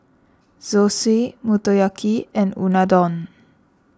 Zosui Motoyaki and Unadon